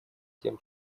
тем